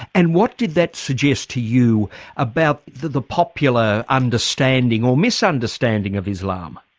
and what did that suggest to you about the popular understanding, or misunderstanding of islam?